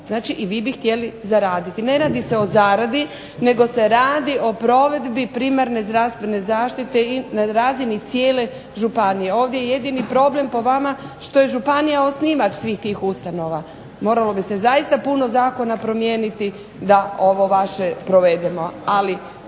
znači vi bi htjeli zaraditi. Ne radi se o zaradi, nego se radi o provedbi primarne zdravstvene zaštite i na razini cijele županije, ovdje je po vama problem jedan što je županija osnivač svih tih ustanova. Moralo bi se zaista puno Zakona promijeniti da ovo vaše provedemo.